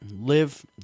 live